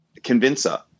convincer